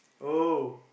oh